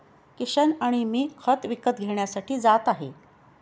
किशन आणि मी खत विकत घेण्यासाठी जात आहे